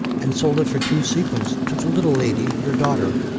and sold it for two sequins to the little lady your daughter.